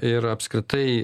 ir apskritai